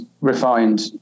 refined